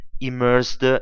immersed